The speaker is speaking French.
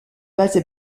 base